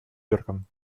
йорком